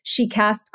SheCast